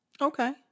okay